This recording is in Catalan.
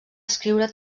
escriure